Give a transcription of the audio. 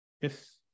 yes